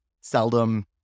seldom